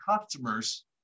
customers